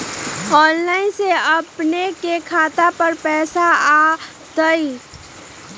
Online से अपने के खाता पर पैसा आ तई?